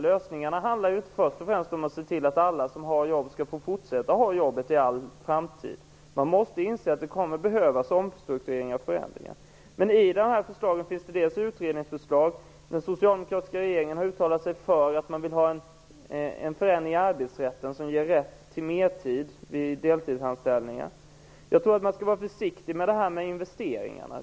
Lösningarna handlar inte först och främst om att se till att alla som har jobb skall få fortsätta att ha det jobbet i all framtid. Man måste inse att det kommer att behövas omstruktureringar och förändringar. I de här förslagen ingår utredningar. Den socialdemokratiska regeringen har uttalat sig för att man vill ha en förändring i arbetsrätten som ger rätt till mertid vid deltidsanställningar. Jag tror att man skall vara försiktig med investeringarna.